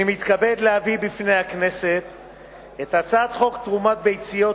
אני מתכבד להביא בפני הכנסת את הצעת חוק תרומת ביציות,